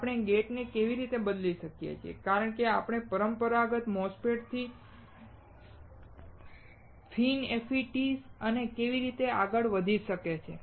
આપણે ગેટ ને કેવી રીતે બદલી શકીએ અને આપણે પરંપરાગત MOSFET થી FINFETS અને કેવી રીતે આગળ વધી શકીએ